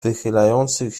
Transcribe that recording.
wychylających